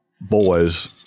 boys